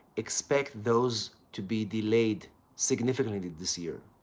expect those to be delayed significantly this year.